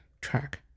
track